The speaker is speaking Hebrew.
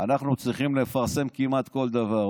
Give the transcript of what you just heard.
אנחנו צריכים לפרסם כמעט כל דבר.